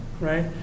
Right